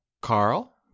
Carl